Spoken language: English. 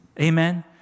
Amen